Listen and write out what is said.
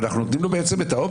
אנחנו נותנים לו את האופציה,